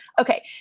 Okay